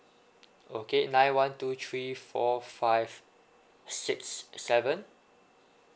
okay nine one two three four five six seven